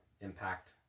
impact